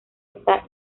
está